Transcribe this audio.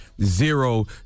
zero